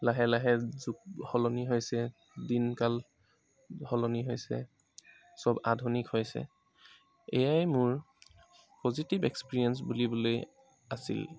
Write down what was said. লাহে লাহে যুগ সলনি হৈছে দিন কাল সলনি হৈছে চব আধুনিক হৈছে এয়াই মোৰ পজিটিভ এক্সপিৰিয়েঞ্চ বুলিবলৈ আছিল